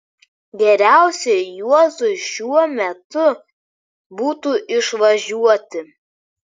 geriausiai juozui šiuo metu būtų išvažiuoti